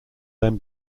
then